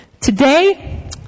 Today